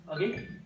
Okay